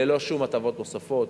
ללא שום הטבות נוספות.